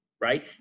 right